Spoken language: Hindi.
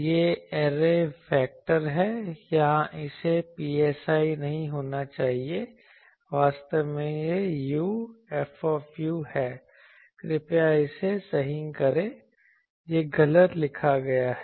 यह ऐरे फेक्टर है यहां इसे psi नहीं होना चाहिए वास्तव में यह u f है कृपया इसे सही करें यह गलत लिखा गया है